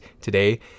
today